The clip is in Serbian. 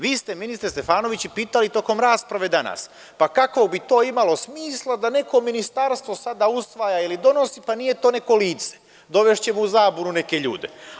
Vi ste, ministre Stefanoviću, pitali tokom rasprave danas – kakvog bi to imalo smisla da neko ministarstvo sada usvaja ili donosi, pa nije to neko lice, dovešćemo u zabunu neke ljude?